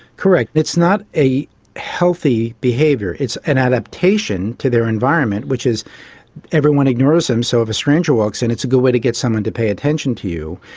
correct. it's not a healthy behaviour, it's an adaptation to their environment which is everyone ignores them so if a stranger walks in it's a good way to get someone to pay attention to you.